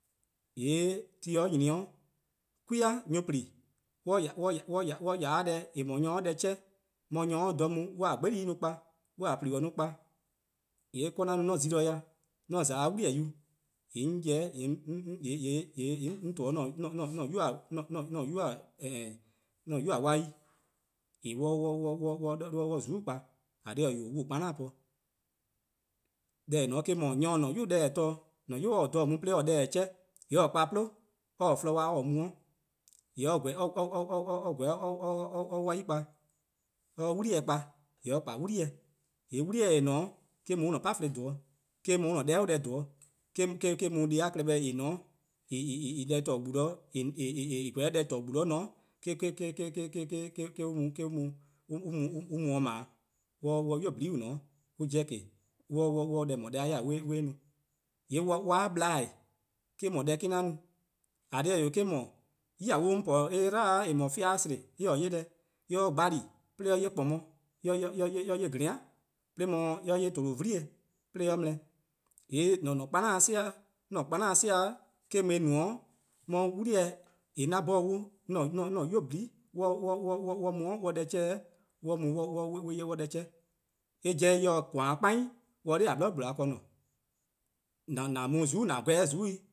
:Yee' :mor ti nyni 'o 'kwia' nyor+-plu:+ :mor on 'ya 'de deh nyor 'ye deh chean', mor nyor 'ye dha mu, on 'jye-a 'gbe-di-deh+-dih kpa, on 'ye-a :plibo 'i dih kpa, :yee' ka 'an no an zeli-dih-dih, :mor 'on :za 'de 'wli-eh yu :yee' 'on :to-' 'an-a'a: 'nynuu-a wai 'weh :en on 'ye-a :zuku'-' kpa. :eh :korn dhih-eh, on ne-uh 'zorn po. Deh :eh :ne-a 'o eh mor, :mor nyor :taa :an-a' 'yu deh torne', :mor :an-a' 'yu taa dha mu or taa deh chean', :yee' or-a' kpa 'plo, or-a :flon 'kwa or-a mu 'de. :yee' or :gweh or 'ye wai kpa, or 'ye 'wli-eh kpa, :mor or kpa 'wli-eh, :yee' 'wli-eh :dao' eh-: mu an-a' chlee-eh dhen, eh-: mu an-a' deh 'o deh dhen-', eh-: mu deh-a klehkpeh en :na-a en :korn eh 'ye-a 'de nyor+ deh :torne' gbu 'zorn :ne eh-: an mu 'ble or 'ye 'nynuu: :nyene :on :ne-a 'de, an 'jeh :ke or 'ye deh :eh no-a deh-a 'yor-eh on 'ye-eh no. :yee' dih :ple-eh: eh-: no deh 'an no-a, :eh :korn dhih eh 'wee', eh-: 'dhu, tior 'on po-eh dlan :eh :mor fean' sehn eh-a 'ye deh, :mor eh gbali: 'de eh 'ye :kpabor', 'de eh 'ye :glean', 'de mor eh 'ye :tolovlie', 'de eh mla-eh. :yee' :an-a' 'zorn 'si-eh 'an-a' 'zorn 'si-eh-: eh-: mu-eh no 'de 'wli-eh :eh 'an 'bhorn-a dee 'an-a' 'nynuu: 'nyene on 'ye-a mu on 'ye-a 'deh chean, on 'ye mu on 'ye 'ye on 'ye deh chean'. Eh 'jeh eh :se :koan'-a 'kpai-eh or se 'noror :a 'bli :ne. :an mu :zuku' :an gweh 'de :zuku' 'weh.